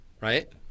Right